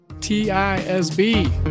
T-I-S-B